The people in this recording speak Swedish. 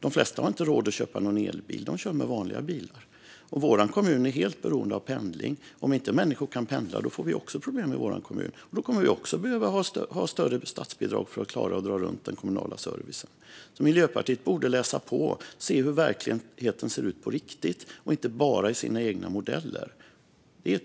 De flesta har inte råd att köpa någon elbil. De kör med vanliga bilar. Vår kommun är helt beroende av pendling. Om inte människor kan pendla får vi problem i vår kommun. Då kommer vi att behöva ha större statsbidrag för att klara att dra runt den kommunala servicen. Miljöpartiet borde läsa på och se hur verkligheten ser ut på riktigt och inte bara i partiets egna modeller.